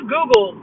Google